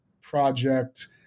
project